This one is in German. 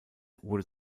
wurde